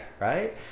right